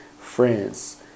friends